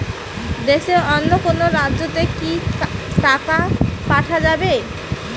দেশের অন্য কোনো রাজ্য তে কি টাকা পাঠা যাবে?